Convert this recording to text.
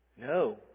No